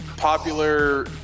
popular